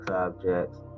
objects